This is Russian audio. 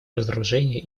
разоружения